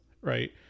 right